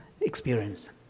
experience